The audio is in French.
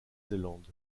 zélande